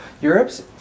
Europe's